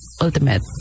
Ultimate